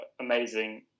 amazing